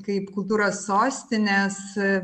kaip kultūros sostinės